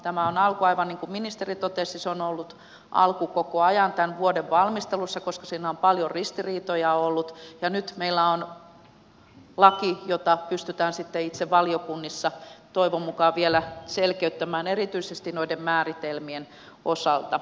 tämä on alku aivan niin kuin ministeri totesi ja se on ollut alku koko ajan tässä vuoden valmistelussa koska siinä on paljon ristiriitoja ollut ja nyt meillä on laki jota pystytään sitten itse valiokunnissa toivon mukaan vielä selkeyttämään erityisesti noiden määritelmien osalta